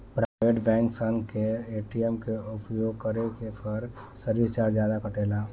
private bank सन के ATM के उपयोग करे पर सर्विस चार्ज जादा कटेला